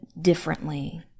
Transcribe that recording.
differently